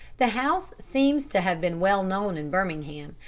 the house seems to have been well known in birmingham,